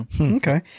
Okay